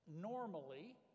normally